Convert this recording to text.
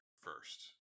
first